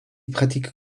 pratique